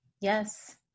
Yes